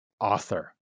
author